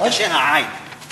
עי"ן מסעוד.